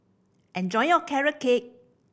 enjoy your Carrot Cake